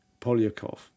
Polyakov